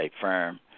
firm